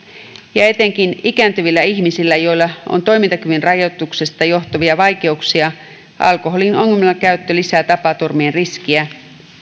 ja etenkin ikääntyvillä ihmisillä joilla on toimintakyvyn rajoituksista johtuvia vaikeuksia alkoholin ongelmakäyttö lisää tapaturmien riskiä